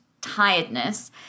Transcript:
tiredness